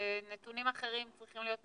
ונתונים אחרים צריכים להיות מגבלה?